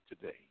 today